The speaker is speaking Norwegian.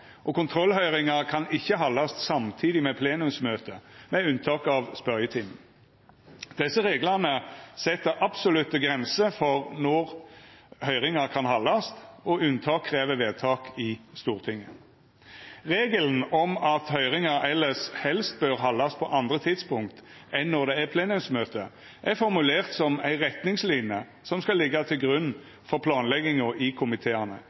og kontrollhøyringar kan ikkje haldast samtidig med plenumsmøte, med unntak av spørjetimen. Desse reglane set absolutte grenser for når høyringar kan haldast, og unntak krev vedtak i Stortinget. Regelen om at høyringar elles helst bør haldast på andre tidspunkt enn når det er plenumsmøte, er formulert som ei retningslinje som skal liggja til grunn for planlegginga i komiteane,